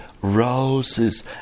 rouses